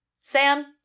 Sam